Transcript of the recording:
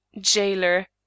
Jailer